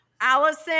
Allison